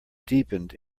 deepened